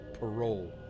parole